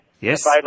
yes